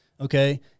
okay